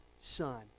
son